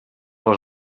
les